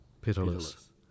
pitiless